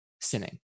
sinning